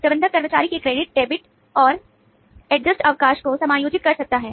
प्रबंधक कर्मचारी के क्रेडिट अवकाश को समायोजित कर सकता है